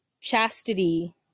chastity